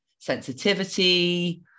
sensitivity